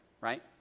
right